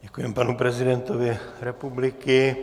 Děkujeme panu prezidentovi republiky.